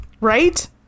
Right